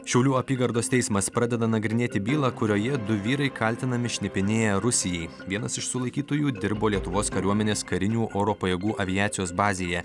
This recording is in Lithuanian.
šiaulių apygardos teismas pradeda nagrinėti bylą kurioje du vyrai kaltinami šnipinėję rusijai vienas iš sulaikytųjų dirbo lietuvos kariuomenės karinių oro pajėgų aviacijos bazėje